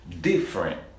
different